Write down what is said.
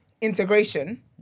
integration